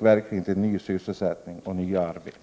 går till ökad sysselsättning och nya arbetstillfällen. Herr talman!